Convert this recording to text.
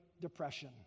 Depression